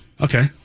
Okay